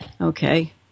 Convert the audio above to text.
Okay